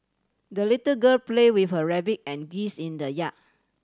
the little girl play with her rabbit and geese in the yard